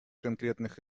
конкретных